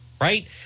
right